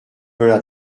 veulent